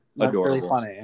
Adorable